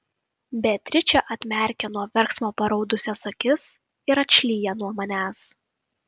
beatričė atmerkia nuo verksmo paraudusias akis ir atšlyja nuo manęs